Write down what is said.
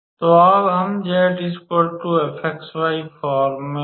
तो अब हम 𝑧𝑓𝑥𝑦 फॉर्म में हैं